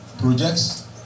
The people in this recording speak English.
Projects